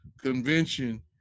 convention